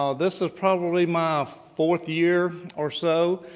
um this is probably my fourth year or so,